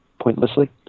pointlessly